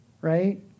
right